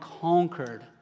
conquered